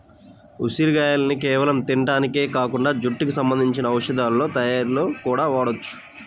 ఉసిరిగాయల్ని కేవలం తింటానికే కాకుండా జుట్టుకి సంబంధించిన ఔషధాల తయ్యారీలో గూడా వాడొచ్చు